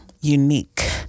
unique